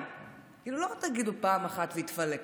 לא תגידו פעם אחת, התפלק לו,